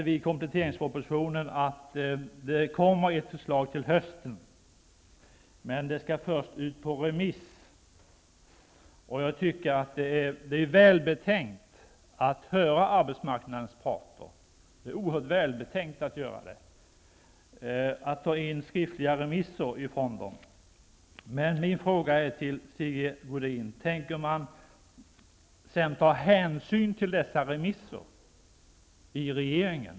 I kompletteringspropositionen läser vi nu att det kommer ett förslag till hösten, men det skall först ut på remiss. Det är välbetänkt att höra arbetsmarknadens parter och att ta in skriftliga remissvar från dem. Min fråga till Sigge Godin är: Tänker man sedan i regeringen ta hänsyn till dessa remissvar?